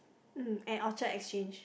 mm at Orchard-Exchange